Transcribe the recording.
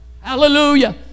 Hallelujah